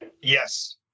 Yes